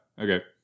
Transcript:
okay